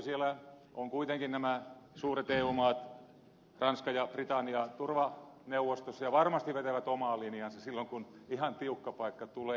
siellä ovat kuitenkin nämä suuret eu maat ranska ja britannia turvaneuvostossa ja varmasti vetävät omaa linjaansa silloin kun ihan tiukka paikka tulee